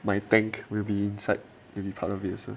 my tank will be inside will be part of it also